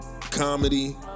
comedy